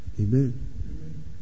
Amen